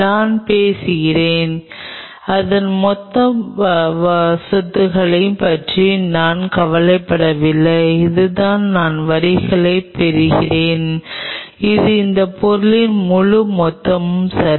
நான் பேசுகிறேன் இதன் மொத்த மொத்த சொத்துக்களைப் பற்றி நான் கவலைப்படவில்லை இதுதான் நான் வரிகளை பொறிக்கிறேன் இது அந்த பொருளின் முழு மொத்தமும் சரி